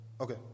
Okay